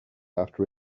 after